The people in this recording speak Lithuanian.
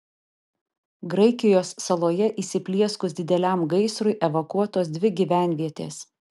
graikijos saloje įsiplieskus dideliam gaisrui evakuotos dvi gyvenvietės